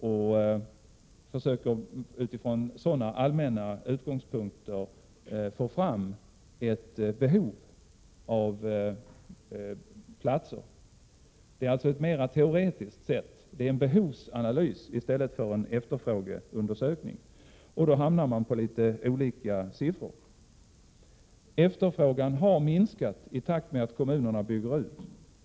De försöker från sådana allmänna utgångspunkter komma fram till behovet av platser. Det är en mera teoretisk behovsanalys än en efterfrågeundersökning, och då hamnar man på litet olika siffror. Efterfrågan har minskat i takt med kommunernas utbyggnad.